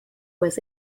was